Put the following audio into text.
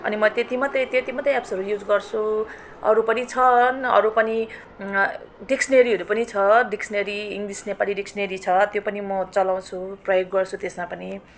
म त्यति मात्रै त्यति मात्रै एप्सहरू युज गर्छु अरू पनि छन् अरू पनि डिक्स्नेरीहरू पनि छ डिक्स्नेरी इङ्लिस नेपाली डिक्स्नेरी छ त्यो पनि म चलाउँछु प्रयोग गर्छु त्यसमा पनि